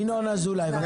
ינון אזולאי, בבקשה.